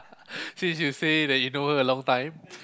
since you say that you know her a long time